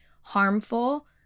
harmful